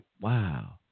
wow